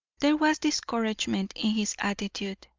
there was discouragement in his attitude,